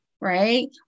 right